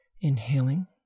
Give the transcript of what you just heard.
Inhaling